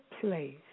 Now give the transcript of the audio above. place